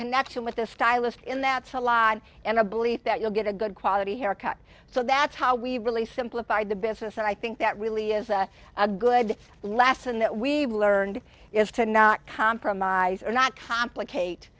connection with the stylist in that's a lie and a belief that you'll get a good quality haircut so that's how we've really simplified the business and i think that really is a good lesson that we've learned is to not compromise or not complicate